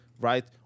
right